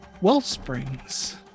Wellsprings